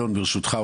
אלון ברשותך,